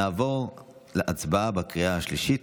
נעבור להצבעה בקריאה השלישית.